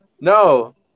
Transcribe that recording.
No